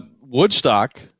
Woodstock